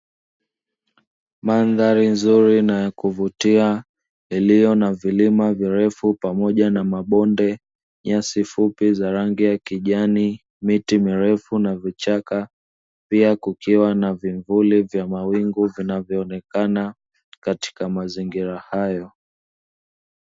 Mandhari nzuri na ya kuvutia yaliyo na vilima virefu pamoja na mabonde, nyasi fupi za rangi ya kijani miti mirefu na vichaka pia kukiwa na vivuli vya mawingu vinavyoonekana katika mazingira hayo.